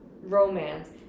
romance